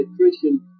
Christian